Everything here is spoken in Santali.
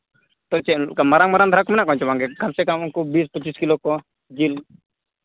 ᱟᱫᱚ ᱪᱮᱫ ᱚᱱᱠᱟ ᱢᱟᱨᱟᱝ ᱢᱟᱨᱟᱝ ᱫᱷᱟᱨᱟ ᱠᱚ ᱢᱮᱱᱟᱜ ᱠᱚᱣᱟ ᱥᱮ ᱵᱟᱝᱜᱮ ᱠᱚᱢ ᱥᱮ ᱠᱚᱢ ᱩᱱᱠᱩ ᱵᱤᱥ ᱯᱚᱸᱪᱤᱥ ᱠᱤᱞᱳ ᱠᱚ ᱡᱤᱞ